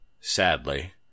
sadly